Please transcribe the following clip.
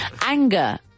Anger